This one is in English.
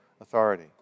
authority